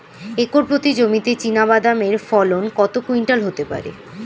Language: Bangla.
একর প্রতি জমিতে চীনাবাদাম এর ফলন কত কুইন্টাল হতে পারে?